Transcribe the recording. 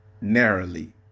narrowly